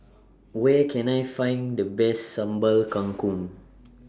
Where Can I Find The Best Sambal Kangkong